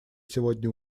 сегодня